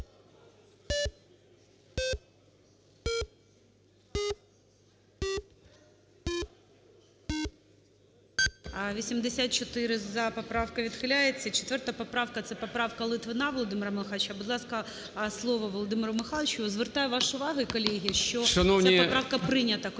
За-84 Поправка відхиляється. 4 поправка - це поправка Литвина Володимира Михайловича. Будь ласка, слово Володимиру Михайловичу. Звертаю вашу увагу, колеги, що ця поправка прийнята комітетом.